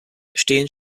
stehen